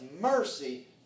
mercy